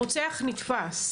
הרוצח נתפס.